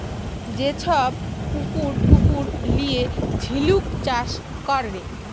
যে ছব পুকুর টুকুর লিঁয়ে ঝিলুক চাষ ক্যরে